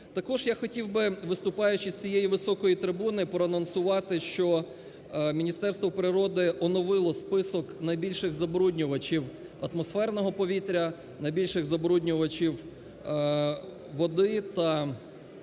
Також я хотів би, виступаючи з цієї високої трибуни, проанонсувати, що Міністерство природи оновило список найбільших забруднювачів атмосферного повітря, найбільших забруднювачів води та